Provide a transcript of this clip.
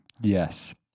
Yes